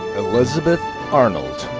elizabeth arnold.